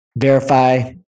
Verify